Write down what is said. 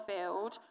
field